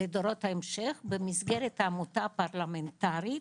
לדורות ההמשך במסגרת העמותה הפרלמנטרית